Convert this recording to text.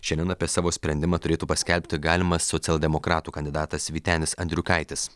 šiandien apie savo sprendimą turėtų paskelbti galimas socialdemokratų kandidatas vytenis andriukaitis